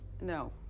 no